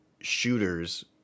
shooters